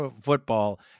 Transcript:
football